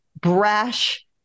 brash-